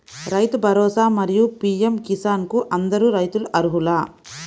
రైతు భరోసా, మరియు పీ.ఎం కిసాన్ కు అందరు రైతులు అర్హులా?